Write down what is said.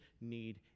need